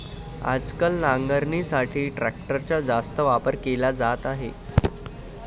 आजकाल नांगरणीसाठी ट्रॅक्टरचा जास्त वापर केला जात आहे